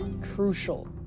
crucial